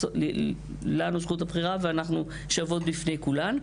לנו זכות הבחירה ואנחנו שוות בפני כולן.